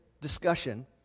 discussion